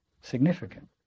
significant